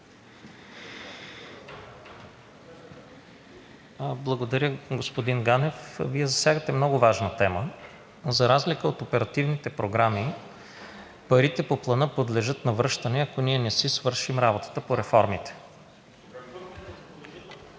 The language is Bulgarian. Благодаря, господин Ганев. Вие засягате много важна тема. За разлика от оперативните програми парите по Плана подлежат на връщане, ако ние не си свършим работата по реформите.